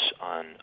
on